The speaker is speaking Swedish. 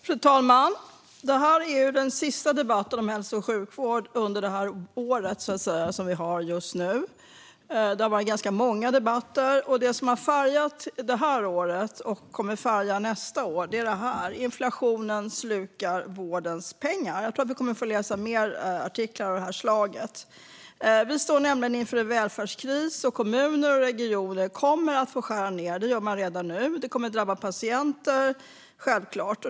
Fru talman! Detta är den sista debatten om hälso och sjukvård under det här året, så att säga. Det har varit ganska många debatter, och det som har färgat detta år och som kommer att färga nästa år är det som står i en tidningsrubrik: Inflationen slukar vårdens pengar. Jag tror att vi kommer att få läsa fler artiklar av detta slag. Vi står nämligen inför en välfärdskris, och kommuner och regioner kommer att få skära ned. Det gör man redan nu. Detta kommer självklart att drabba patienter.